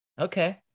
Okay